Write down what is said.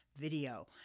video